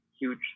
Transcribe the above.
huge